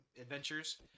adventures